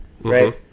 right